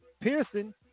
Pearson